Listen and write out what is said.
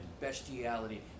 bestiality